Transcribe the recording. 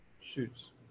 shoots